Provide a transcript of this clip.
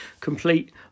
complete